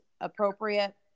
appropriate